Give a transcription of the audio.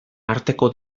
arteko